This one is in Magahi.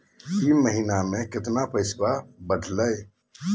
ई महीना मे कतना पैसवा बढ़लेया?